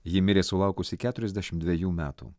ji mirė sulaukusi keturiasdešimt dvejų metų